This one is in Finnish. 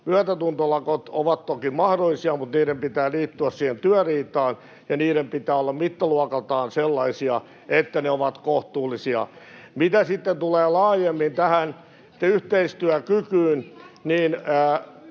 Myötätuntolakot ovat toki mahdollisia, mutta niiden pitää liittyä siihen työriitaan ja niiden pitää olla mittaluokaltaan sellaisia, että ne ovat kohtuullisia. Mitä sitten tulee laajemmin tähän yhteistyökykyyn, [Niina